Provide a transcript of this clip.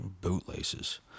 bootlaces